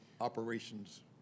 operations